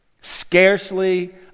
Scarcely